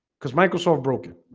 because microsoft broken